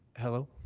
hello?